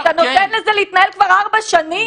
תקשיבי שתי דקות, שתי דקות.